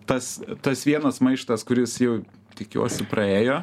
tas tas vienas maištas kuris jau tikiuosi praėjo